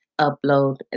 upload